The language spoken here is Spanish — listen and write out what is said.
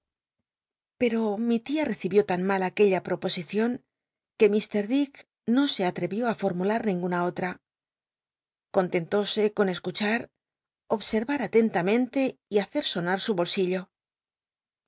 peo mi tia recibió tan mal aquella proposicion que mt dick no se atteió á formulat ninguna olta contcntóse con escuchar obserynr atentamente y hacct sonar su bolsillo